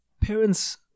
parents